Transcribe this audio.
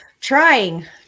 Trying